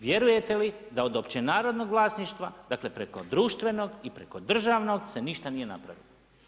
Vjerujte li da od općenarodnog vlasništva dakle preko društvenog i preko državnog se ništa nije napravilo?